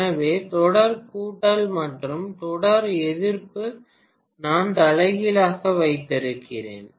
எனவே தொடர் கூட்டல் மற்றும் தொடர் எதிர்ப்பு நான் தலைகீழாக வைத்திருக்கிறேன்